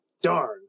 Darn